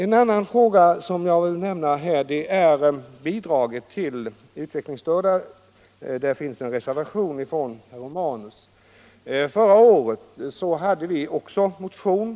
En annan fråga som jag vill nämna här är bidraget till utvecklingsstörda. Också där finns en reservation från herr Romanus. Förra året hade vi också en motion.